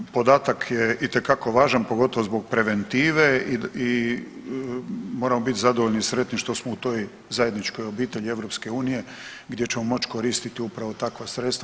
Pa podatak je itekako važan pogotovo zbog preventive i moramo biti zadovoljni i sretni što smo u toj zajedničkoj obitelji EU gdje ćemo moći koristiti upravo takva sredstva.